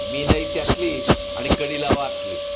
मी नाही त्यातली आणि कडी लावा आतली